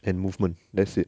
and movement that's it